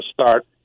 start